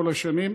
כל השנים.